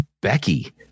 Becky